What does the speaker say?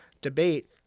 debate